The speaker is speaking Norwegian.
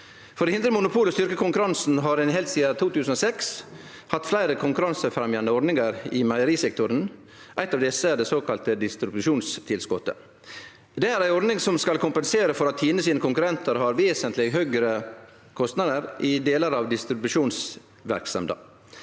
For å hindre monopol og styrkje konkurransen har ein heilt sidan 2006 hatt fleire konkurransefremjande ordningar i meierisektoren. Ei av desse er det såkalla distribusjonstilskotet. Det er ei ordning som skal kompensere for at konkurrentane til Tine har vesentleg høgare kostnader i delar av distribusjonsverksemda.